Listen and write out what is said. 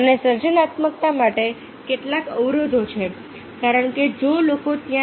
અને સર્જનાત્મકતા માટે કેટલાક અવરોધો છે કારણ કે જો લોકો ત્યાં છે